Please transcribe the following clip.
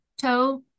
toe